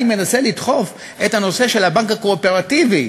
מנסה לדחוף את הנושא של הבנק הקואופרטיבי,